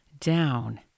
down